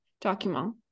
document